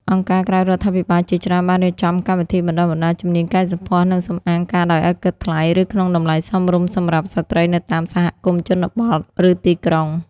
អង្គការក្រៅរដ្ឋាភិបាលជាច្រើនបានរៀបចំកម្មវិធីបណ្តុះបណ្តាលជំនាញកែសម្ផស្ស និងសម្អាងការដោយឥតគិតថ្លៃ ឬក្នុងតម្លៃសមរម្យសម្រាប់ស្ត្រីនៅតាមសហគមន៍ជនបទ ឬទីក្រុង។